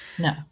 No